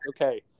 Okay